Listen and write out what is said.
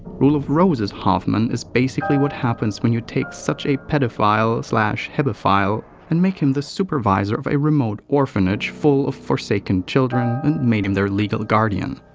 rule of rose's hoffman is basically what happens when you take such a pedophile hebephile and make him the supervisor of a remote orphanage full of forsaken children and made him their legal guardian.